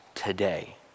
Today